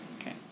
Okay